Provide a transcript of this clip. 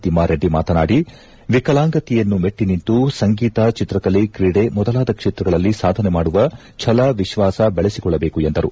ತಿಮ್ನಾರೆಡ್ಡಿ ಮಾತನಾಡಿ ವಿಕಲಾಂಗತೆಯನ್ನು ಮೆಟ್ಟನಿಂತು ಸಂಗೀತ ಚಿತ್ರಕಲೆ ಕ್ರೀಡೆ ಮೊದಲಾದ ಕ್ಷೇತ್ರಗಳಲ್ಲಿ ಸಾಧನೆ ಮಾಡುವ ಛಲ ವಿಶ್ವಾಸ ಬೆಳೆಸಿಕೊಳ್ಳಬೇಕೆಂದರು